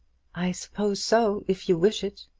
i suppose so if you wish it.